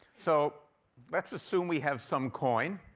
so let's assume we have some coin.